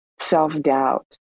self-doubt